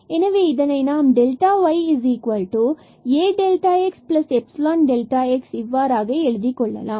எனவே இதனை நாம்yAxϵx இவ்வாறாக எழுதிக் கொள்ளலாம்